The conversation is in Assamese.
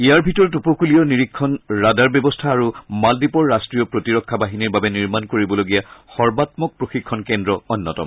ইয়াৰ ভিতৰত উপকুলীয় নিৰীক্ষণ ৰাডাৰ ব্যৱস্থা আৰু মালদ্বীপৰ ৰাষ্ট্ৰীয় প্ৰতিৰক্ষা বাহিনীৰ বাবে নিৰ্মাণ কৰিবলগীয়া সৰ্বামক প্ৰশিক্ষণ কেন্দ্ৰ অন্যতম